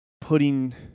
putting